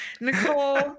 nicole